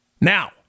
now